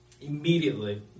Immediately